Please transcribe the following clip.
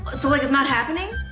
so like it's not happening?